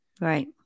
Right